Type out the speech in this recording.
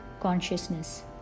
consciousness